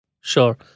Sure